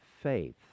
Faith